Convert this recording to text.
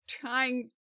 trying